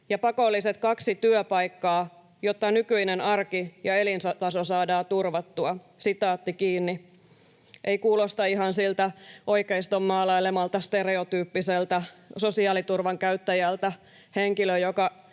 ja pakolliset kaksi työpaikkaa, jotta nykyinen arki ja elintaso saadaan turvattua.” — Ei kuulosta ihan siltä oikeiston maalailemalta stereotyyppiseltä sosiaaliturvan käyttäjältä henkilö, joka